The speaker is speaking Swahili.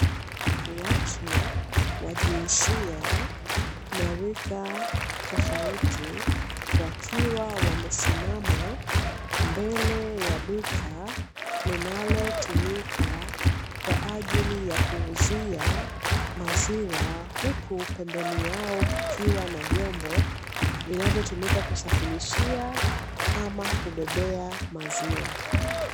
Watu wa jinsia na rika tofauti wakiwa wamesimama mbele ya duka linalotumika kwa ajili ya kuuzia maziwa, huku pembeni yao kukiwa na vyombo vinavyotumika kusafirishia ama kubebea maziwa.